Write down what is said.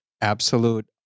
absolute